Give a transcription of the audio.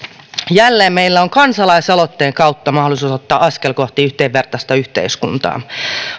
jälleen meillä on kansalaisaloitteen kautta mahdollisuus ottaa askel kohti yhdenvertaista yhteiskuntaa